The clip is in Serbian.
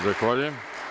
Zahvaljujem.